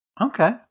Okay